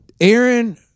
Aaron